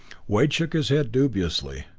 wade shook his head dubiously,